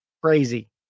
Crazy